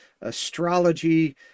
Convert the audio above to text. astrology